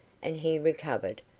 and he recovered,